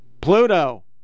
Pluto